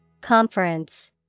conference